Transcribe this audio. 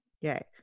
Yay